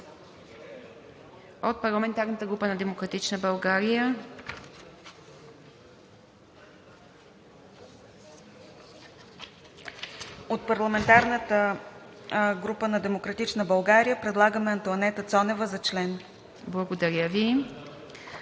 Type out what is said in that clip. От парламентарната група на „Демократична България“ предлагаме Антоанета Цонева за член. ПРЕДСЕДАТЕЛ